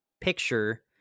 picture